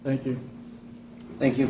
thank you thank you